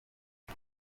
com